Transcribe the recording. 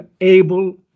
able